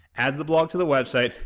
adds the blog to the website,